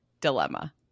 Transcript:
dilemma